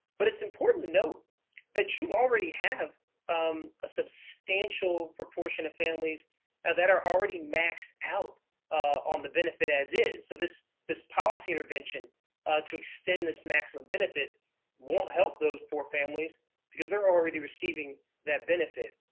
but it's important to note that you already have um a substantial proportion of families and that are already maxed out on the benefit as is. so this this policy intervention to extend this maximum benefit won't help those poor families because they're already receiving that benefit.